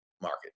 market